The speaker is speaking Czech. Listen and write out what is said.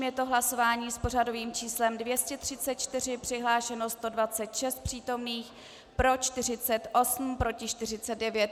Je to hlasování s pořadovým číslem 234, přihlášeno 126 přítomných, pro 48, proti 49.